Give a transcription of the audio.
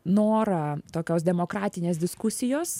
norą tokios demokratinės diskusijos